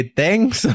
thanks